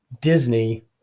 Disney